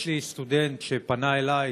יש לי סטודנט שפנה אלי,